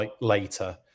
later